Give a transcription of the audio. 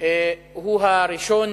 הוא הראשון